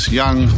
young